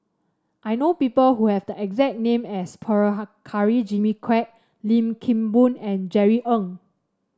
I know people who have the exact name as Prabhakara Jimmy Quek Lim Kim Boon and Jerry Ng